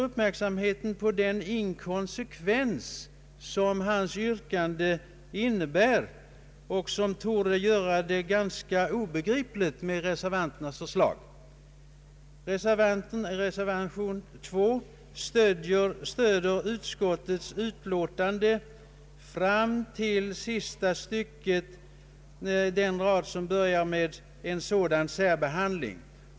uppmärksamheten på den inkonsekvens som hans yrkande innebär och som gör reservanternas förslag motsägelsefullt. Reservation nr 2 stöder utskottsutlåtandet fram till sista stycket, den rad som börjar ”En sådan särbehandling”.